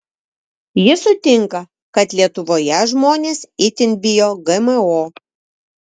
ji sutinka kad lietuvoje žmonės itin bijo gmo